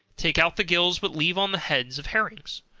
take out the gills, but leave on the heads of herrings.